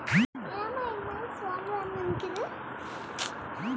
ಜಾನುವಾರು ಎಂಬುದು ಒಂದು ಅಥವಾ ಅದಕ್ಕೂ ಹೆಚ್ಚಿನ ಪ್ರಾಣಿಗಳನ್ನು ಕೃಷಿ ಪರಿಸರದಲ್ಲಿ ಬೇಳೆಸೋದಾಗಿದೆ